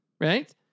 Right